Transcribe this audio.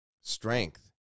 strength